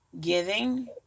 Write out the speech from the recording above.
giving